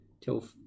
till